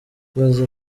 baza